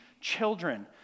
children